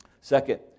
Second